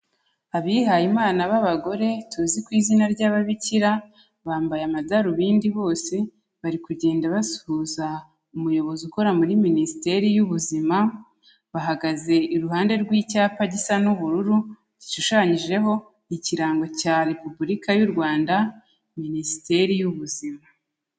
Abihayimana b'abagore tuzi ku izina ry'ababikira, bambaye amadarubindi bose bari kugenda basuhuza umuyobozi ukora muri Minisiteri y'Ubuzima, bahagaze iruhande rw'icyapa gisa n'ubururu gishushanyijeho ikirango cya Repubulika y'u Rwanda, Minisiteri y'Ubuzima.